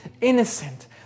innocent